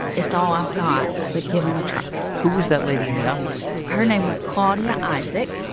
it's all i've got, but give them a try who was that lady in the office? her name was claudia isaac,